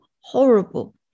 horrible